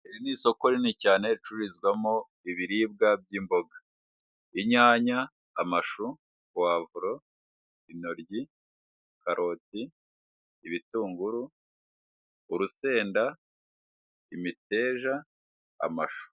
Iri ni isoko rinini cyane ricururizwamo ibiribwa by'imboga; inyanya, amashu, wavro, intoryi, karoti, ibitunguru, urusenda, imiteja, amashu.